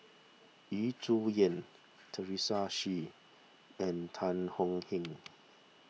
Yu Zhuye Teresa Hsu and Tan Thuan Heng